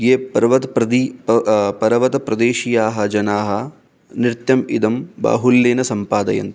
ये प्रवद्पदी पर्वतप्रदेशीयाः जनाः नृत्यम् इदं बाहुल्येन सम्पादयन्ति